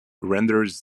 renders